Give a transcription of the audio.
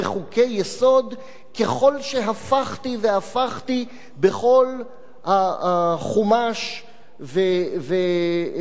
ככל שהפכתי והפכתי בכל החומש והנביאים והכתובים,